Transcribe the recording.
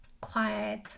quiet